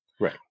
Right